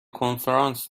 کنفرانس